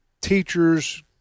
teachers